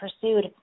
pursued